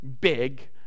big